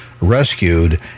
rescued